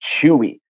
chewy